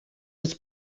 his